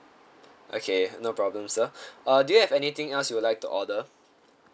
okay no problems sir uh do you have anything else you would like to order